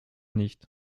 nicht